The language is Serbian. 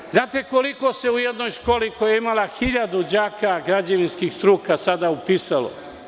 Da li znate koliko se u jednoj školi, koja je imala 1000 đaka građevinskih struka, sada upisalo?